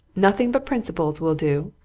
nothing but principals will do!